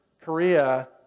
Korea